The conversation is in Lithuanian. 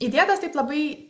į dietas taip labai